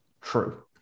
true